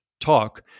talk